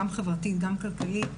גם חברתית וגם כלכלית,